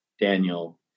Daniel